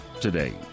today